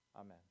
Amen